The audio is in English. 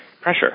pressure